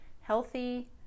healthy